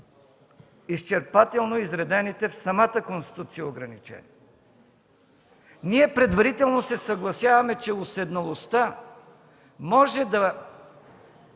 изчерпателно изредените в самата Конституция ограничения? Предварително се съгласяваме, че уседналостта може да